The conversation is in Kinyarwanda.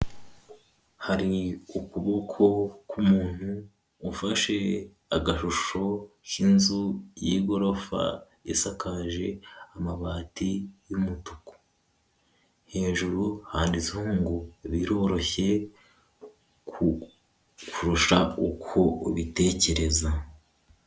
Hari ukuboko k'umuntu ufashe agashusho k'inzu y'igorofa, isakaje amabati y'umutuku, hejuru handitseho ngo" biroroshye kurusha uko ubitekereza."